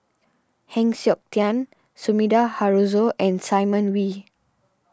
Heng Siok Tian Sumida Haruzo and Simon Wee